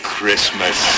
Christmas